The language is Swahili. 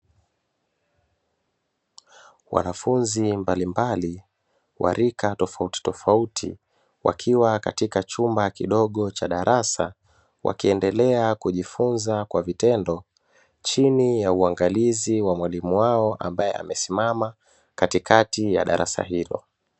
Wanafunzi mbalimbali wa rika tofautitofauti wakiwa katika chumba kidogo cha darasa, wakiendelea kujifunza kwa vitendo chini ya uangalizi wa mwalimu wao ambaye amesimama katikati ya darasa hilo.